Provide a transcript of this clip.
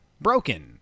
broken